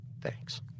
Thanks